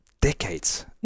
decades